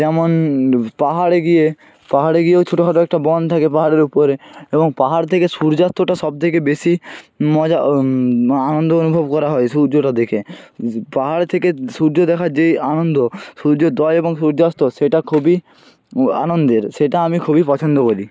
যেমন পাহাড়ে গিয়ে পাহাড়ে গিয়েও ছোটখাটো একটা বন থাকে পাহাড়ের উপরে এবং পাহাড় থেকে সূর্যাস্তটা সবথেকে বেশি মজা আনন্দ অনুভব করা হয় সূর্যটা দেখে পাহাড়ে থেকে সূর্য দেখার যে আনন্দ সূর্যোদয় এবং সূর্যাস্ত সেটা খুবই আনন্দের সেটা আমি খুবই পছন্দ করি